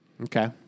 Okay